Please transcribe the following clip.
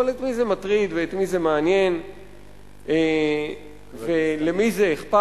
אבל את מי זה מטריד ואת מי זה מעניין ולמי זה אכפת.